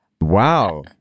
Wow